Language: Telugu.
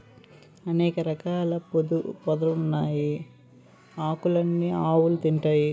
అనేక రకాల పాదులుకున్న ఆకులన్నీ ఆవులు తింటాయి